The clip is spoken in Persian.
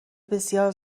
بسیار